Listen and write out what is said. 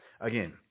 Again